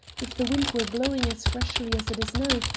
if the wind were blowing as freshly as it is now,